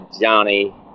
Johnny